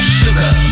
sugar